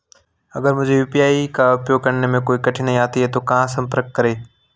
अगर मुझे यू.पी.आई का उपयोग करने में कोई कठिनाई आती है तो कहां संपर्क करें?